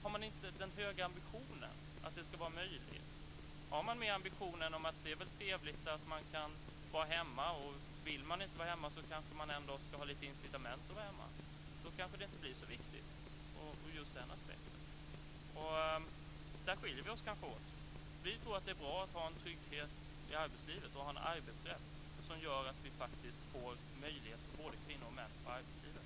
Om man inte har den höga ambitionen att det ska vara möjligt kanske det inte blir så viktigt ur just den aspekten - om man i stället tycker att det är trevligt att kunna vara hemma, och vill man inte vara hemma kanske man ändå vill ha några incitament att vara hemma. Där skiljer vi oss kanske åt. Vi tror att det är bra att ha trygghet i arbetslivet och att ha en arbetsrätt som ger möjligheter för både kvinnor och män i arbetslivet.